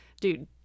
dude